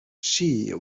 she